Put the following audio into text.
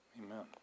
Amen